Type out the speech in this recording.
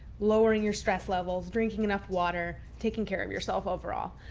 lowering your stress levels, drinking enough water, taking care of yourself overall.